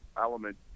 element